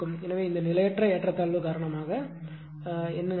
எனவே இந்த நிலையற்ற ஏற்றத்தாழ்வு காரணமாக என்ன நடக்கும்